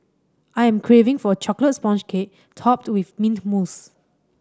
I am craving for a chocolate sponge cake topped with mint mousse